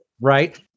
Right